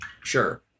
sure